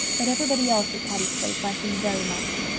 but everybody else at patty's place liked him very much.